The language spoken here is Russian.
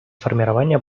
формирование